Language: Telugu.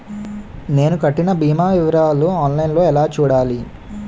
నేను కట్టిన భీమా వివరాలు ఆన్ లైన్ లో ఎలా చూడాలి?